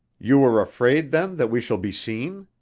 you are afraid, then, that we shall be seen?